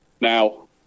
now